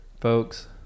folks